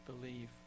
believe